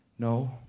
No